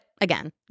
again